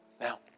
Now